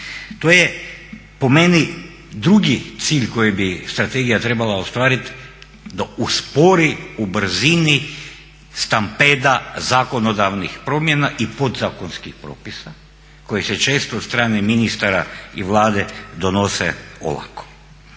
To je po meni drugi cilj koji bi strategija trebala ostvariti da uspori u brzini stampeda zakonodavnih promjena i podzakonskih propisa koji se često od strane ministara i Vlade donose olako.